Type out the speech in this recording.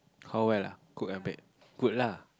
how well ah good or bad good lah